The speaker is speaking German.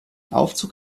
aufzug